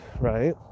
right